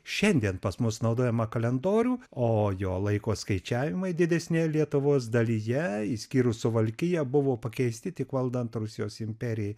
šiandien pas mus naudojamą kalendorių o jo laiko skaičiavimai didesnėje lietuvos dalyje išskyrus suvalkiją buvo pakeisti tik valdant rusijos imperijai